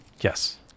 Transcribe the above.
Yes